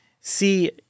see –